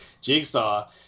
Jigsaw